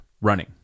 running